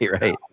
right